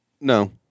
No